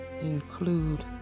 include